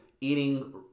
eating